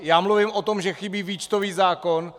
Já mluvím o tom, že chybí výčtový zákon.